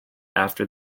after